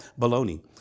baloney